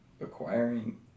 acquiring